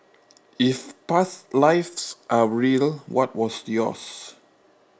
if past lives are real what was yours